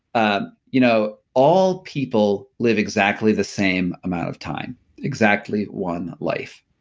ah you know all people live exactly the same amount of time exactly one life.